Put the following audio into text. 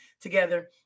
together